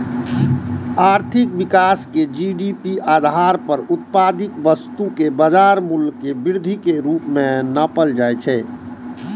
आर्थिक विकास कें जी.डी.पी आधार पर उत्पादित वस्तुक बाजार मूल्य मे वृद्धिक रूप मे नापल जाइ छै